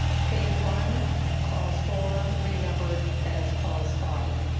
page one clause four renumbered as clause five.